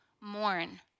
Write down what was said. mourn